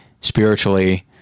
spiritually